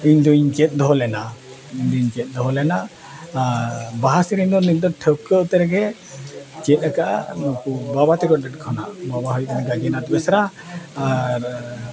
ᱤᱧ ᱫᱚᱧ ᱪᱮᱫ ᱫᱚᱦᱚ ᱞᱮᱱᱟ ᱤᱧ ᱫᱚᱧ ᱪᱮᱫ ᱫᱚᱦᱚ ᱞᱮᱱᱟ ᱟᱨ ᱵᱟᱦᱟ ᱥᱮᱨᱮᱧ ᱫᱚ ᱱᱤᱛ ᱫᱚ ᱴᱷᱟᱹᱣᱠᱟᱹ ᱩᱛᱟᱹᱨᱜᱮ ᱪᱮᱫ ᱟᱠᱟᱜᱼᱟ ᱱᱩᱠᱩ ᱵᱟᱵᱟ ᱛᱟᱠᱚ ᱴᱷᱮᱱ ᱠᱷᱚᱱᱟᱜ ᱵᱟᱵᱟ ᱦᱩᱭᱩᱜ ᱠᱟᱱᱟᱭ ᱜᱟᱡᱤᱱᱟᱛᱷ ᱵᱮᱥᱨᱟ ᱟᱨ